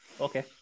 Okay